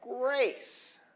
grace